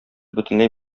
бөтенләй